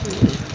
ହୁଁ